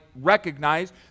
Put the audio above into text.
recognize